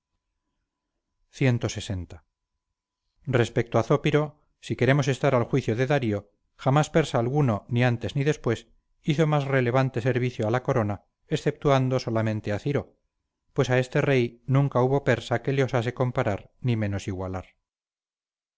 babilonios clx respecto a zópiro si queremos estar al juicio de darío jamás persa alguno ni antes ni después hizo más relevante servicio a la corona exceptuando solamente a ciro pues a este rey nunca hubo persa que se le osase comparar ni menos igualar